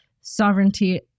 sovereignty